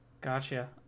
gotcha